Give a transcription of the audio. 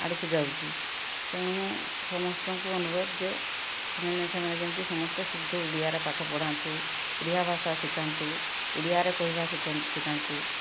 ଆଡ଼କୁ ଯାଉଛି ତେଣୁ ସମସ୍ତଙ୍କୁ ଅନୁରୋଧ ଯେ ସେମାନେ ସେମାନେ ଯେମିତି ସମସ୍ତେ ଶୁଦ୍ଧ ଓଡ଼ିଆରେ ପାଠ ପଢ଼ାନ୍ତୁ ଓଡ଼ିଆ ଭାଷା ଶିଖାନ୍ତୁ ଓଡ଼ିଆରେ କହିବା ଶିଖାନ୍ତୁ